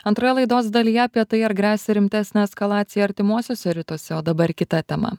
antroje laidos dalyje apie tai ar gresia rimtesnė eskalacija artimuosiuose rytuose o dabar kita tema